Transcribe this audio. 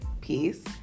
peace